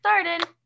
started